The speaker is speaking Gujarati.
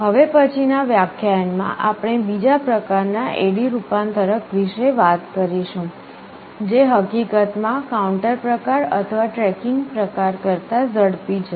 હવે પછીનાં વ્યાખ્યાનમાં આપણે બીજા પ્રકારનાં AD રૂપાંતરક વિશે વાત કરીશું જે હકીકતમાં કાઉન્ટર પ્રકાર અથવા ટ્રેકિંગ પ્રકાર કરતા ઝડપી છે